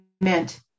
meant